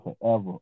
forever